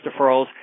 deferrals